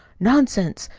nonsense!